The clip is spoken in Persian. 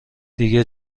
دیگه